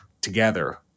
together